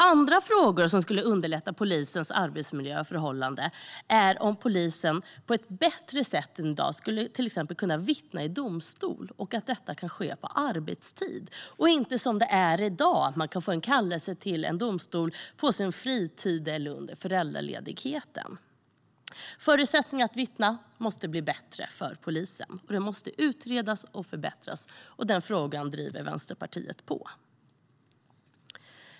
Andra frågor som skulle underlätta polisens arbetsmiljöförhållanden är om polisen på ett bättre sätt än i dag till exempel skulle kunna vittna i domstol och att detta kan ske på arbetstid och inte som det är i dag, att de kan få en kallelse till en domstol på sin fritid eller under föräldraledigheten. Förutsättningarna att vittna måste bli bättre för polisen. Det måste utredas och förbättras. Den frågan driver Vänsterpartiet.